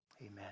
Amen